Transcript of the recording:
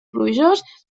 plujós